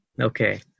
Okay